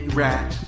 rat